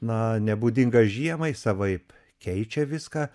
na nebūdinga žiemai savaip keičia viską